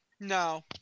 no